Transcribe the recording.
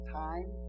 time